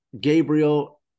Gabriel